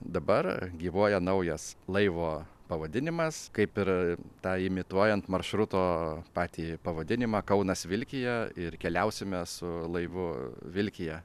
dabar gyvuoja naujas laivo pavadinimas kaip ir tą imituojant maršruto patį pavadinimą kaunas vilkija ir keliausime su laivu vilkija